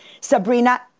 Sabrina